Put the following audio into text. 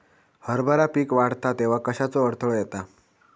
हरभरा पीक वाढता तेव्हा कश्याचो अडथलो येता?